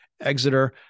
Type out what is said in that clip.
Exeter